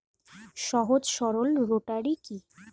সহজ সরল রোটারি কি?